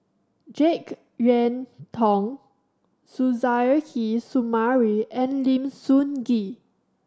Jek Yeun Thong Suzairhe Sumari and Lim Sun Gee